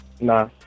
nah